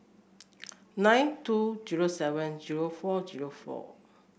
nine two zero seven zero four zero four